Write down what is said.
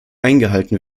eingehalten